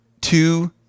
two